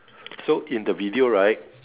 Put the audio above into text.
so in the video right